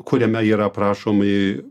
kuriame yra aprašomi